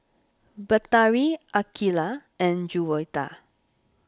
Batari Aqeelah and Juwita